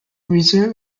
reserve